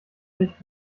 sicht